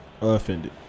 offended